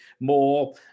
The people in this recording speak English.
more